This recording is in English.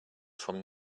from